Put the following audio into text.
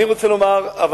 אבל,